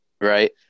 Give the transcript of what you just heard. Right